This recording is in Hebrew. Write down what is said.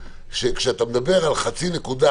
כשאתה מדבר על חצי נקודה,